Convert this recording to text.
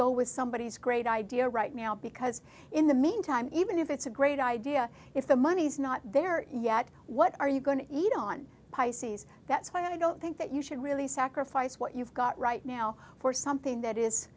go with somebody is a great idea right now because in the mean time even if it's a great idea if the money is not there yet what are you going to eat on pisces that's why i don't think that you should really sacrifice what you've got right now for something that is